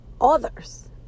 others